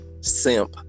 simp